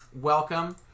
welcome